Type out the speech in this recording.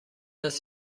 است